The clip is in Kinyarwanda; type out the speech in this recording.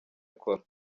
akora